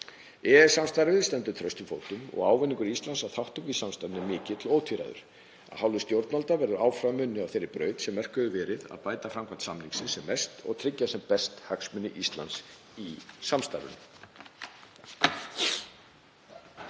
EES-samstarfið stendur traustum fótum og ávinningur Íslands af þátttöku í samstarfinu er mikill og ótvíræður. Af hálfu stjórnvalda verður áfram unnið á þeirri braut sem mörkuð hefur verið að bæta framkvæmd samningsins sem mest og tryggja sem best hagsmuni Íslands í samstarfinu.